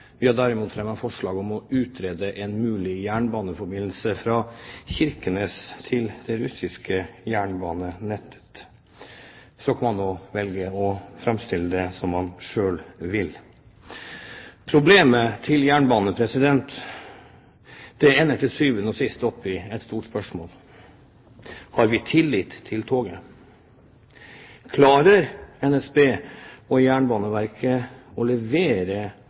Vi har derimot fremmet forslag om å utrede en mulig jernbaneforbindelse fra Kirkenes til det russiske jernbanenettet. Så kan man velge å framstille det som man selv vil. Problemet til jernbanen ender til syvende og sist opp i et stort spørsmål: Har vi tillit til toget – klarer NSB og Jernbaneverket å levere